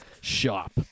shop